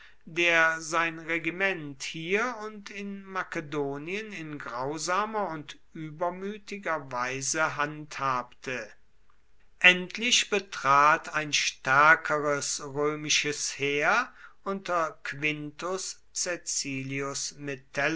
der sein regiment hier und in makedonien in grausamer und übermütiger weise handhabte endlich betrat ein stärkeres römisches heer unter quintus